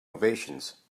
ovations